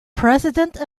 president